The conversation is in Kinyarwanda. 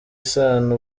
isano